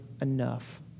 enough